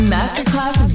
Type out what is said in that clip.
Masterclass